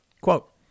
Quote